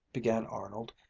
began arnold,